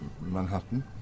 Manhattan